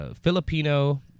Filipino